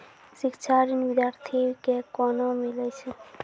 शिक्षा ऋण बिद्यार्थी के कोना मिलै छै?